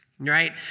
right